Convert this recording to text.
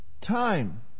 time